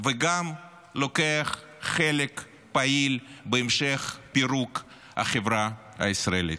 וגם לוקח חלק פעיל בהמשך פירוק החברה הישראלית.